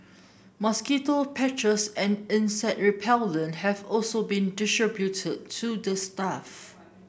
mosquito patches and insect repellent have also been distributed to the staff